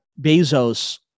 bezos